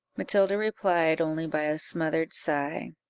matilda replied only by a smothered sigh.